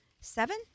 seven